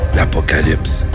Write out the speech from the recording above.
L'apocalypse